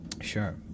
Sure